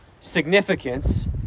significance